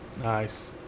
Nice